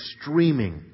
streaming